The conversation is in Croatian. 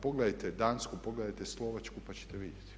Pogledajte Dansku, pogledajte Slovačku pa ćete vidjeti.